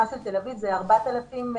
את תל אביב שם הסכום הוא 4,000 שקלים,